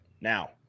now